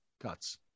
Cuts